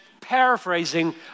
paraphrasing